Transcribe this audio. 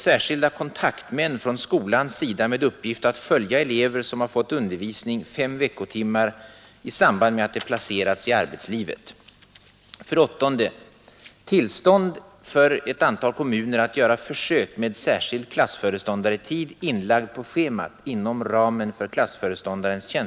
Särskilda kontaktmän från skolans sida med uppgift att följa elever som fått undervisning fem veckotimmar i samband med att de placerats i arbetslivet.